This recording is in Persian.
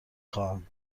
خواهم